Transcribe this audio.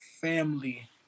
Family